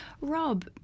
Rob